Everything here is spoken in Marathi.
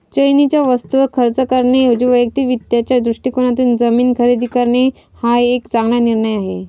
चैनीच्या वस्तूंवर खर्च करण्याऐवजी वैयक्तिक वित्ताच्या दृष्टिकोनातून जमीन खरेदी करणे हा एक चांगला निर्णय आहे